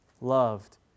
loved